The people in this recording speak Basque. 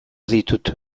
ditut